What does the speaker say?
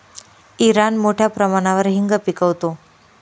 Iran मोठ्या प्रमाणावर हिंग पिकवतो